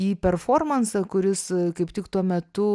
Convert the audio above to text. į performansą kuris kaip tik tuo metu